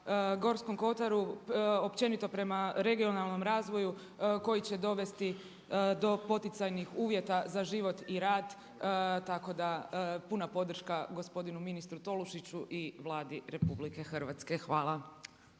Gorskom kotaru, općenito prema regionalnom razvoju koji će dovesti do poticajnih uvjeta za život i rad, tako da puna podrška gospodinu ministru Tolušiću i Vladi RH. Hvala.